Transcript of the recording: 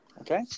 Okay